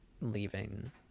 leaving